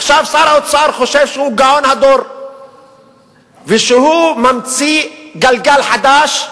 עכשיו שר האוצר חושב שהוא גאון הדור ושהוא ממציא גלגל חדש,